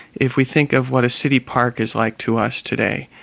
if we think of what a city park is like to us today.